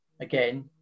again